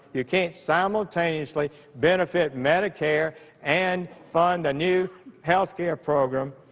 you can't simultaneously benefit medicare and fund a new health care program,